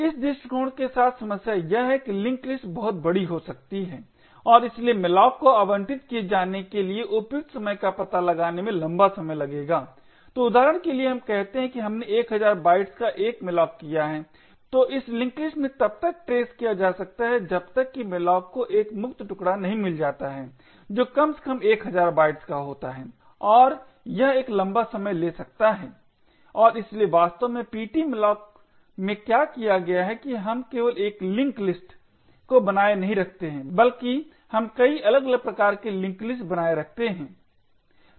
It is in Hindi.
इस दृष्टिकोण के साथ समस्या यह है कि लिंक लिस्ट बहुत बड़ी हो सकती है और इसलिए malloc को आवंटित किए जाने के लिए उपयुक्त समय का पता लगाने में लंबा समय लगेगा तो उदाहरण के लिए हम कहते हैं कि हमने 1000 बाइट्स का एक malloc किया है तो इस लिंक लिस्ट में तब तक ट्रेस किया जा सकता है जब तक कि malloc को एक मुक्त टुकड़ा नहीं मिल जाता है जो कम से कम 1000 बाइट्स का होता है और यह एक लंबा समय ले सकता है और इसलिए वास्तव में ptmalloc में क्या किया गया है कि हम केवल एक लिंक लिस्ट को बनाए नहीं रखते हैं बल्कि हम कई अलग अलग प्रकार की लिंक लिस्ट बनाए रखते हैं